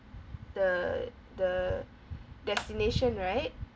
the the destination right